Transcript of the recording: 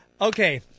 Okay